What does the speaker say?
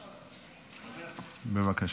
בבקשה.